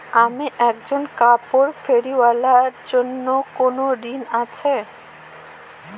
আমি একজন কাপড় ফেরীওয়ালা এর জন্য কোনো ঋণ আছে?